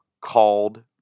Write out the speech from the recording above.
called